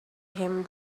him